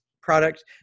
product